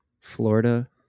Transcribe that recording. Florida